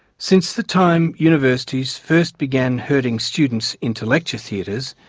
since the time universities first began herding students into lecture theatres,